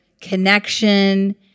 connection